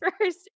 first